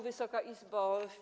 Wysoka Izbo!